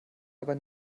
aber